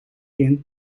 kind